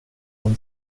dem